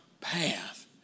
path